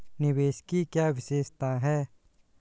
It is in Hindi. निवेश की क्या विशेषता है?